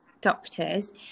doctors